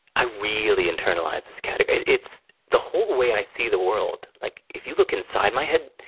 i really internalize this category. it's the whole way i see the world. like, if you look inside my head,